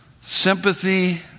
sympathy